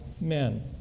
men